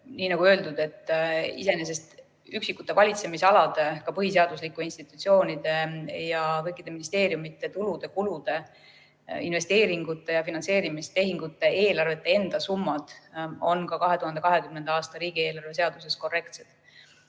Aga nagu öeldud, iseenesest üksikute valitsemisalade, ka põhiseaduslike institutsioonide ja kõikide ministeeriumide tulude-kulude, investeeringute ja finantseerimistehingute eelarvete enda summad on ka 2020. aasta riigieelarve seaduses korrektsed.